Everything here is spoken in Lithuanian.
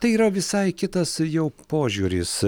tai yra visai kitas jau požiūris